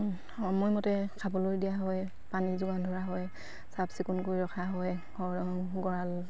সময়মতে খাবলৈ দিয়া হয় পানী যোগান ধৰা হয় চাফ চিকুণ কৰি ৰখা হয় গঁৰাল